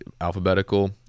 alphabetical